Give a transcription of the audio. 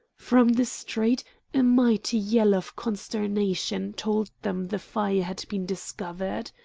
from the street a mighty yell of consternation told them the fire had been discovered.